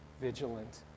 vigilant